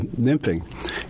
nymphing